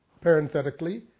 parenthetically